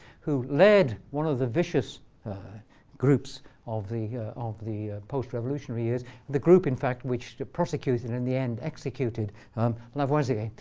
who led one of the vicious groups of the of the post revolutionary years the group in fact which the prosecution in the end executed um lavoisier.